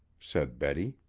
said betty.